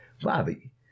Bobby